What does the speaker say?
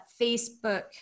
Facebook